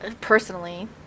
personally